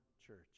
church